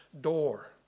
door